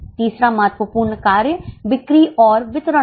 तीसरा महत्वपूर्ण कार्य बिक्री और वितरण है